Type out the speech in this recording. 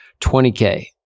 20K